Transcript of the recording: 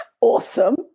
Awesome